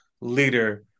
leader